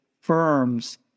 firms